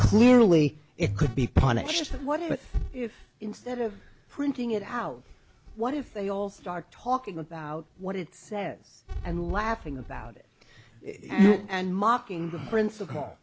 clearly it could be punished for what it is instead of printing it out what if they all start talking about what it says and laughing about it and mocking the princip